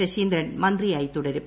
ശശീന്ദ്രൻ മന്ത്രിയായി തുടരും